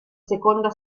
seconda